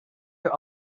your